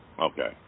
Okay